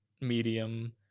medium